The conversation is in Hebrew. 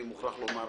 אני מוכרח לומר לך.